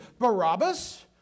Barabbas